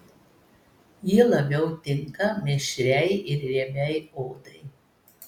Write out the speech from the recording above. ji labiau tinka mišriai ir riebiai odai